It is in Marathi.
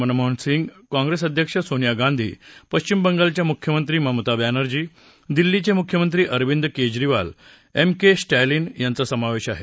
मनमोहन सिंग कॉप्रेस अध्यक्ष सोनिया गांधी पश्चिम बंगालच्या मुख्यमंत्री ममता बॅनर्जी दिल्लीचे मुख्यमंत्री अरविंद केजरीवाल एम के स्टॅलिन यांचा समावेश आहे